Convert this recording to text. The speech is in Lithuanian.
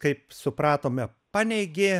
kaip supratome paneigė